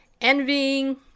envying